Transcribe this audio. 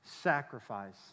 sacrifice